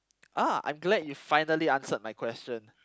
!ah! I'm glad you finally answered my question